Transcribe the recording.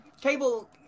cable